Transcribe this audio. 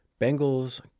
Bengals